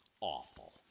awful